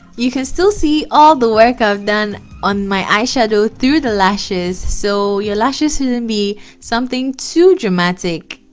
you can still see all the work i've done on my eye shadow through the lashes so your lashes shouldn't and be something too dramatic